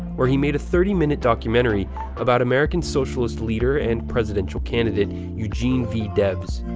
where he made a thirty minute documentary about american socialist leader and presidential candidate eugene v. debs.